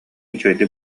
үчүгэйдик